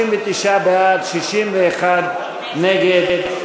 59 בעד, 61 נגד.